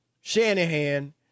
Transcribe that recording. Shanahan